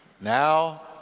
now